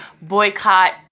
boycott